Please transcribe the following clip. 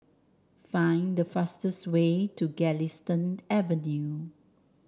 find the fastest way to Galistan Avenue